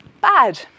bad